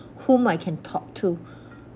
whom I can talk to